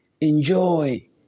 enjoy